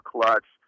Clutch